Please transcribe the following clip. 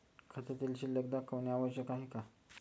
खात्यातील शिल्लक दाखवणे आवश्यक आहे का?